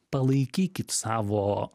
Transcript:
palaikykit savo